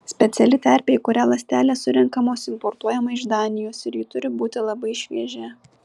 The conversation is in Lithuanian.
speciali terpė į kurią ląstelės surenkamos importuojama iš danijos ir ji turi būti labai šviežia